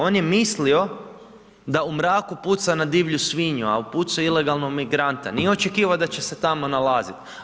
On je mislio da u mraku puca na divlju svinju, a upucao je ilegalnog migranta, nije očekivao da će se tamo nalaziti.